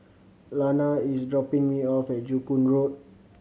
Lana is dropping me off at Joo Koon Road